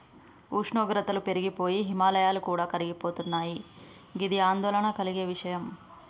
ఉష్ణోగ్రతలు పెరిగి పోయి హిమాయాలు కూడా కరిగిపోతున్నయి గిది ఆందోళన కలిగే విషయం